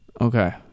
Okay